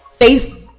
Facebook